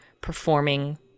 performing